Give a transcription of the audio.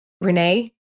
Renee